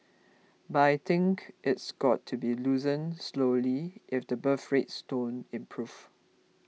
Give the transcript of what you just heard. but I think it's got to be loosened slowly if the birth rates don't improve